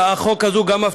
נכנסנו לחוק הזה עם חששות,